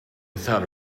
without